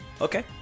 Okay